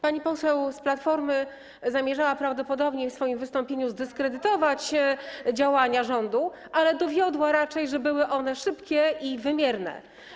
Pani poseł z Platformy zamierzała prawdopodobnie w swoim wystąpieniu zdyskredytować działania rządu, ale dowiodła raczej, że były one szybkie i wymierne.